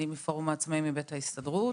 אני מפורום העצמאים מבית ההסתדרות.